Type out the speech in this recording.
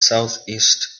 southeast